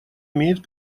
имеет